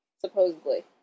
supposedly